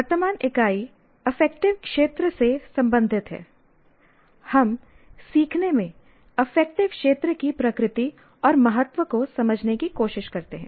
वर्तमान इकाई अफेक्टिव क्षेत्र से संबंधित है हम सीखने में अफेक्टिव क्षेत्र की प्रकृति और महत्व को समझने की कोशिश करते हैं